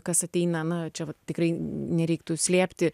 kas ateina na čia tikrai nereiktų slėpti